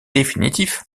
définitif